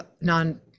non